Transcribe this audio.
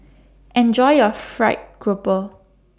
Enjoy your Fried Grouper